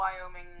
Wyoming